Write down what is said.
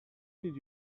did